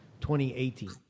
2018